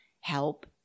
help